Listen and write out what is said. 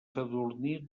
sadurní